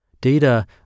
Data